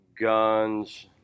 Guns